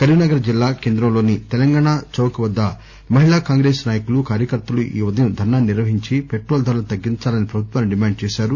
కరీంనగర్ జిల్లా కేంద్రంలోని తెలంగాణా చౌక్ వద్ద మహిళా కాంగ్రెస్ నాయకులు కార్యకర్తలు ఈ ఉదయం ధర్నా నిర్వహించి పెట్రోల్ ధరలు తగ్గించాలని పభుత్వాని డిమాండ్ చేశారు